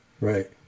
Right